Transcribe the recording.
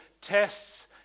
tests